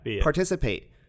participate